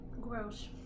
Gross